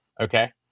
Okay